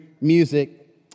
music